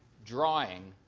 drawing